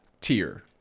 tier